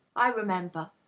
i remember.